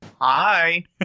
Hi